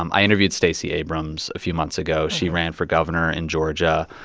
um i interviewed stacey abrams a few months ago. she ran for governor in georgia.